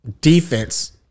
defense